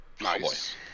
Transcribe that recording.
Nice